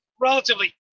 relatively